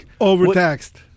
Overtaxed